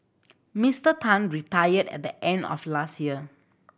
Mister Tan retired at the end of last year